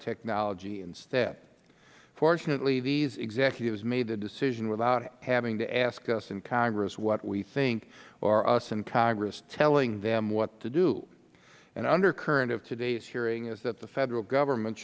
technology instead fortunately these executives made their decision without having to ask us in congress what we think or us in congress telling them what to do an undercurrent of today's hearing is that the federal government